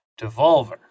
Devolver